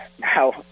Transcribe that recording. Now